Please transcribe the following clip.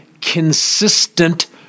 consistent